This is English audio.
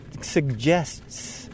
suggests